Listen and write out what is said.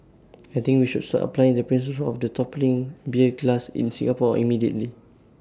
I think we should start applying the principles of the toppling beer glass in Singapore immediately